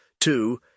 two